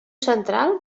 central